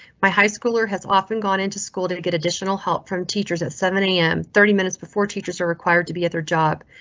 my high schooler has often gone into school to to get additional help from teachers at seven am thirty minutes before teachers are required to be at their job.